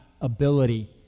ability